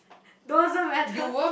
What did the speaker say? doesn't matter